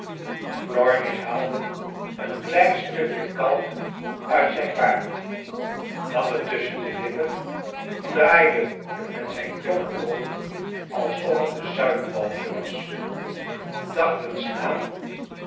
plomish haalde een klein stukje kalk uit zijn baard nam het tusschen de lippcn draaide het met zijn tong rond alsof het een suikerballetje was dacht eens na